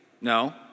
no